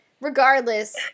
regardless